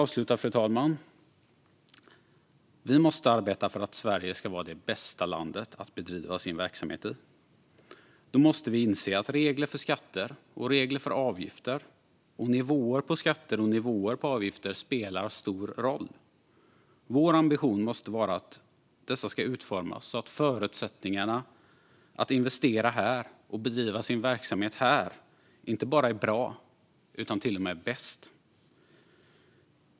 Avslutningsvis måste vi arbeta för att Sverige ska vara det bästa landet att bedriva verksamhet i. Då måste vi inse att regler för skatter och avgifter och nivåer på skatter och avgifter spelar stor roll. Vår ambition måste vara att dessa ska utformas så att förutsättningarna att investera här och bedriva verksamhet här inte bara är bra utan till och med bäst.